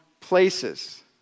places